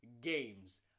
games